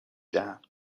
دهم